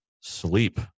sleep